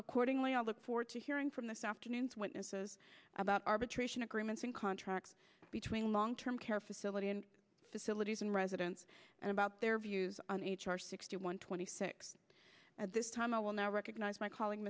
accordingly i look forward to hearing from this afternoon's witnesses about arbitration agreements and contracts between long term care facility and facilities and residents and about their views on h r sixty one twenty six at this time i will now recognize my coll